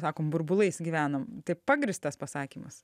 sakom burbulais gyvenam tai pagrįstas pasakymas